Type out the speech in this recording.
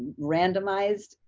randomized.